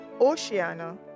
Oceania